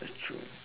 that's true